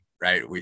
right